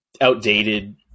outdated